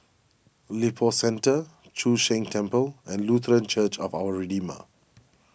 Lippo Centre Chu Sheng Temple and Lutheran Church of Our Redeemer